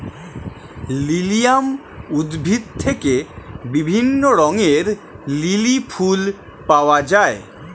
lilium উদ্ভিদ থেকে বিভিন্ন রঙের লিলি ফুল পাওয়া যায়